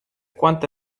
quanto